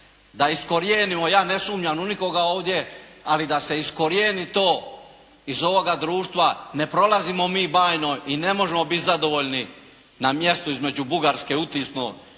da iskorijenimo, ja ne sumnjam u nikoga ovdje, ali da se iskorijeni to iz ovoga društva, ne prolazimo mi bajno i ne možemo biti zadovoljni na mjestu između Bugarske utisno